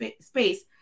space